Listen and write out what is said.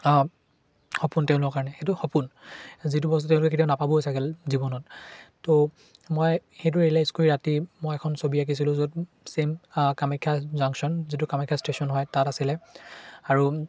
সপোন তেওঁলোকৰ কাৰণে সেইটো সপোন যিটো বস্তু তেওঁলোকে কেতিয়াও নাপাবই চাগে জীৱনত তো মই সেইটো ৰিয়েলাইছ কৰি ৰাতি মই এখন ছবি আঁকিছিলোঁ য'ত ছেম কামাখ্যা জাংশ্যন যিটো কামাখ্যা ষ্টেশ্যন হয় তাত আছিলে আৰু